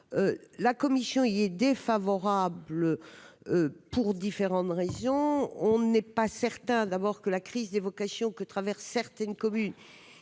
la commission il est défavorable pour différentes de région, on n'est pas certain d'abord que la crise des vocations que traversent certaines communes